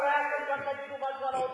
אולי עכשיו גם תגידו משהו על האוטובוסים?